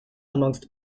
amongst